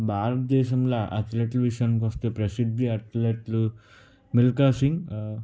భారతదేశంలో అథ్లెట్లు విషయానికి వస్తే ప్రసిద్ధి అథ్లెట్లు మిల్కాసింగ్